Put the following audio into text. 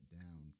down